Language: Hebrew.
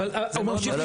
לא,